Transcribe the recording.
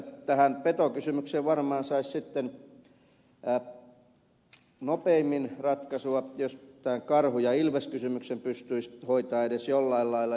tähän petokysymykseen varmaan saisi sitten nopeimmin ratkaisua jos tämän karhu ja ilveskysymyksen pystyisi hoitamaan edes jollain lailla